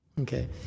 okay